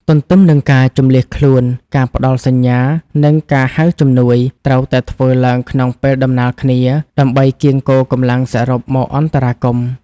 ទន្ទឹមនឹងការជម្លៀសខ្លួន ការផ្ដល់សញ្ញា និងការហៅជំនួយ ត្រូវតែធ្វើឡើងក្នុងពេលដំណាលគ្នា ដើម្បីកៀងគរកម្លាំងសរុបមកអន្តរាគមន៍។